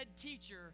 teacher